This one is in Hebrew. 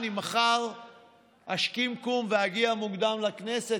אני מחר אשכים קום ואגיע מוקדם לכנסת,